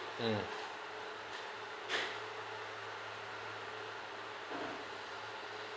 mm